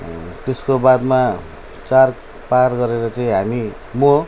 त्यसको बादमा चार पार गरेर चाहिँ हामी म